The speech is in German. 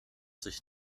sich